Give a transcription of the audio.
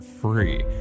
free